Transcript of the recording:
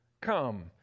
come